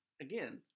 again